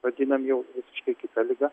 vadinam jau visiškai kita liga